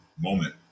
moment